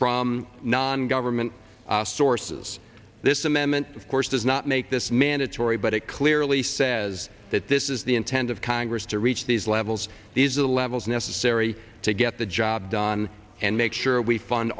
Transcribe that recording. from non government sources this amendment of course does not make this mandatory but it clearly says that this is the intent of congress to reach these levels these are the levels necessary to get the job done and make sure we fund